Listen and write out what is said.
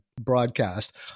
broadcast